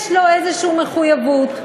יש לו איזושהי מחויבות.